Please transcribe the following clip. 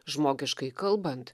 žmogiškai kalbant